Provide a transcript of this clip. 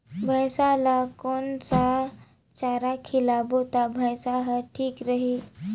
भैसा ला कोन सा चारा खिलाबो ता भैंसा हर ठीक रही?